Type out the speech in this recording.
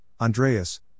Andreas